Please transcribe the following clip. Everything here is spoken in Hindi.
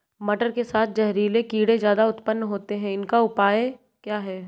मटर के साथ जहरीले कीड़े ज्यादा उत्पन्न होते हैं इनका उपाय क्या है?